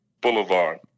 Boulevard